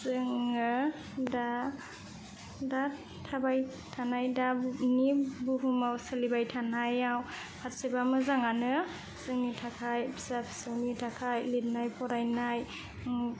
जोङो दा दा थाबाय थानाय दानि बे बुहुमाव सोलिबाय थानायाव फारसेबा मोजाङानो जोंनि थाखाय फिसा फिसौनि थाखाय लिरनाय फरायनाय